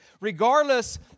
regardless